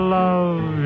love